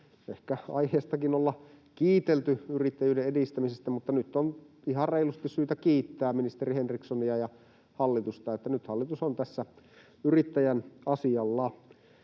ehkä aiheestakaan olla kiitelty yrittäjyyden edistämisestä, mutta nyt on ihan reilusti syytä kiittää ministeri Henrikssonia ja hallitusta, että nyt hallitus on tässä yrittäjän asialla.